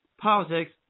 Politics